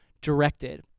directed